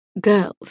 Girls